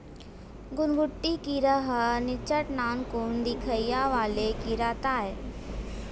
घुनघुटी कीरा ह निच्चट नानकुन दिखइया वाले कीरा ताय